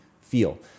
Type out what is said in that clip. feel